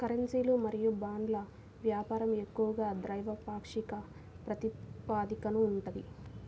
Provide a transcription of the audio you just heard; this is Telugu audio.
కరెన్సీలు మరియు బాండ్ల వ్యాపారం ఎక్కువగా ద్వైపాక్షిక ప్రాతిపదికన ఉంటది